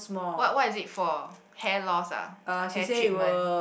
what what is it for hair loss ah hair treatment